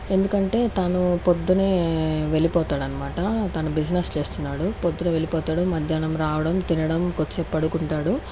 ఎందుకంటే తను పొద్దునే వెళ్ళిపోతాడన్మాట తను బిజినెస్ చేస్తున్నాడు పొద్దున వెళ్ళిపోతాడు మధ్యాహ్నం రావడం తినడం కొద్ది సేపు పడుకుంటాడు